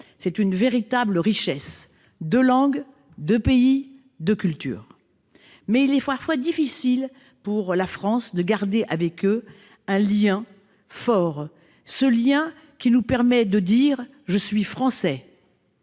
C'est une véritable richesse : deux langues, deux pays, deux cultures. Mais il est parfois difficile pour la France de garder avec eux un lien fort, ce lien qui nous permet de dire : Je suis Français.